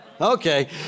Okay